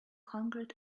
hundred